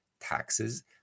taxes